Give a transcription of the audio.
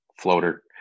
Floater